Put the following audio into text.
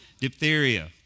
Diphtheria